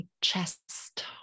chest